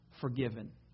forgiven